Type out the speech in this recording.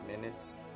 minutes